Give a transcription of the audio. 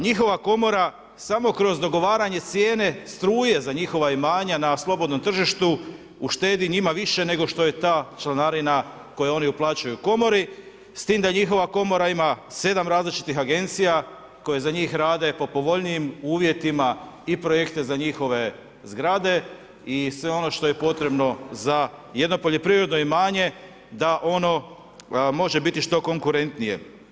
Njihova komora samo kroz dogovaranje cijene struje za njihova imanja na slobodnom tržištu uštedi njima više nego što je ta članarina koji oni uplaćuju komori s tim da njihova komora ima 7 različitih agencija koje za njih rade po povoljnim uvjetima i projekte za njihove zgrade i sve ono što je potrebno za jedno poljoprivredno imanje da ono može biti što konkurentnije.